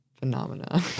Phenomena